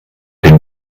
dem